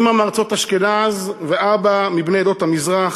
אימא מארצות אשכנז ואבא מבני עדות המזרח,